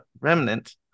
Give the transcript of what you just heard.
remnant